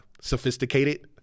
sophisticated